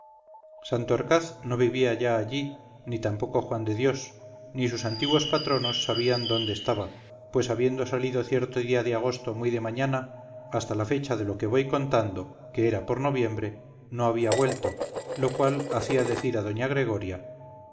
fernández santorcaz no vivía ya allí ni tampoco juan de dios ni sus antiguos patronos sabían dónde estaba pues habiendo salido cierto día de agosto muy de mañana hasta la fecha de lo que voy contando que era por noviembre no había vuelto lo cual hacía decir a doña gregoria